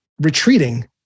retreating